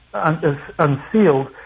unsealed